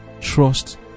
trust